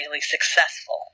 successful